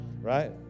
Right